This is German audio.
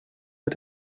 mit